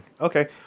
Okay